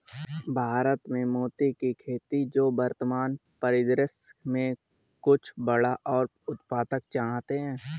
भारत में मोती की खेती जो वर्तमान परिदृश्य में कुछ बड़ा और उत्पादक चाहते हैं